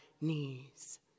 knees